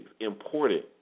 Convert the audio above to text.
important